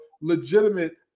legitimate